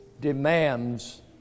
demands